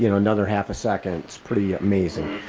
you know another half a second. it's pretty amazing.